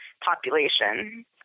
population